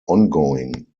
ongoing